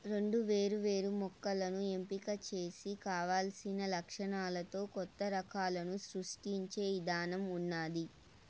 రెండు వేరు వేరు మొక్కలను ఎంపిక చేసి కావలసిన లక్షణాలతో కొత్త రకాలను సృష్టించే ఇధానం ఉన్నాది